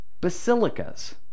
basilicas